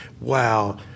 wow